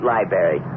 Library